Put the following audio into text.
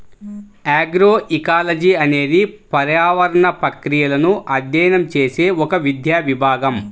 agroecology అనేది పర్యావరణ ప్రక్రియలను అధ్యయనం చేసే ఒక విద్యా విభాగం